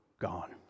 gone